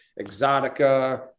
Exotica